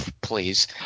please